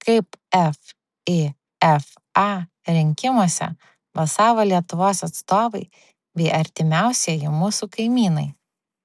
kaip fifa rinkimuose balsavo lietuvos atstovai bei artimiausieji mūsų kaimynai